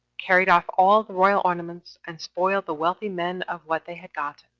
carried off all the royal ornaments, and spoiled the wealthy men of what they had gotten